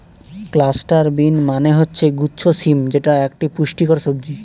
cluster bean মানে হচ্ছে গুচ্ছ শিম যেটা একটা পুষ্টিকর সবজি